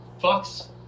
fox